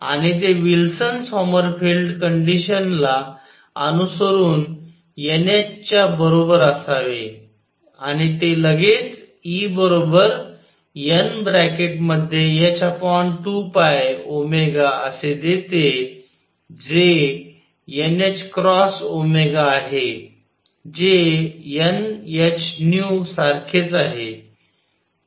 आणि ते Wilson Sommerfeld condition ला अनुसरुन nh च्या बरोबरीचे असावे आणि ते लगेच E nh2π असे देते जे nℏω आहे जे n h nu सारखेच आहे